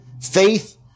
faith